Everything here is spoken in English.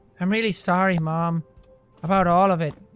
um really sorry mom about all of it.